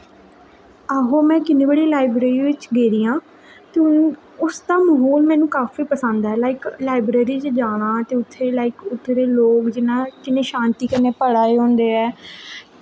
आहो में किन्नी बड़ी लाइब्रेरी बिच्च गेदी आं ते उसदा म्हौल मैनु काफी पसंद ऐ लाइक लाइब्रेरी च जाना ते उत्थै लाइक उत्थें दे लोक जि'यां किन्ने शांति कन्नै पढ़ा दे होंदे ऐ